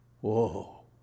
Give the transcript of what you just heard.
Whoa